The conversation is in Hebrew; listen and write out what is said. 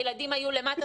הילדים היו למטה,